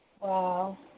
Wow